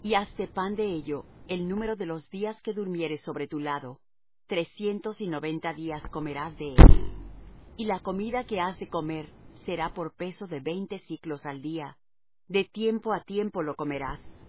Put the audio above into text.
y hazte pan de ello el número de los días que durmieres sobre tu lado trescientos y noventa días comerás de él y la comida que has de comer será por peso de veinte siclos al día de tiempo á tiempo lo comerás